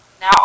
now